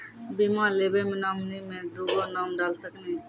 बीमा लेवे मे नॉमिनी मे दुगो नाम डाल सकनी?